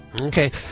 Okay